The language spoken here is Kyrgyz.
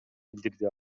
билдирди